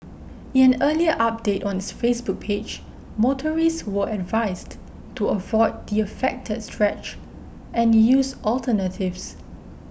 in an earlier update on its Facebook page motorists were advised to avoid the affected stretch and use alternatives